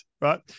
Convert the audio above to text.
right